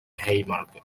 haymarket